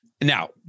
Now